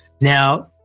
Now